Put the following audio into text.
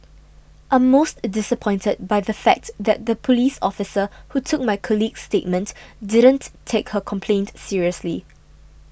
I'm most disappointed by the fact that the police officer who took my colleague's statement didn't take her complaint seriously